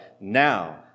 now